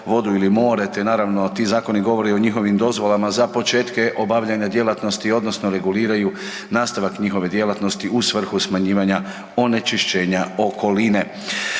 vodu ili more te naravno ti zakoni govore o njihovim dozvolama za početke obavljanja djelatnosti odnosno reguliraju nastavak njihove djelatnosti u svrhu smanjivanja onečišćenja okoline.